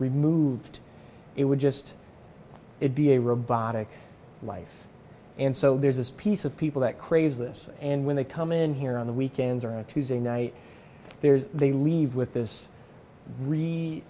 removed it would just it be a robotic life and so there's this piece of people that craves this and when they come in here on the weekends or on a tuesday night there's they leave with this really